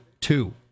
two